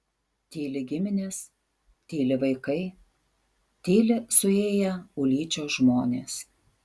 tyli giminės tyli vaikai tyli suėję ulyčios žmonės